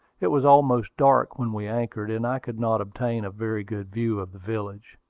it was almost dark when we anchored, and i could not obtain a very good view of the village.